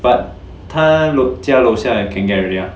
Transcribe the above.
but 他楼家楼下 can get already ah